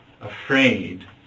afraid